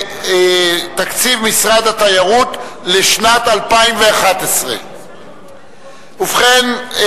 בתקציב משרד התיירות לשנת 2011. ובכן,